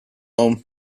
home